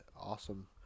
Awesome